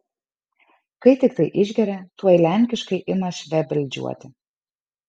kai tiktai išgeria tuoj lenkiškai ima švebeldžiuoti